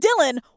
Dylan